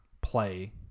play